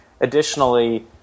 additionally